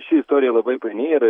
ši istorija labai paini ir